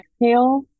exhale